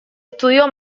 estudió